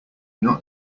not